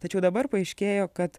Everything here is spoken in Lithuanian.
tačiau dabar paaiškėjo kad